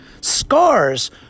Scars